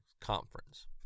conference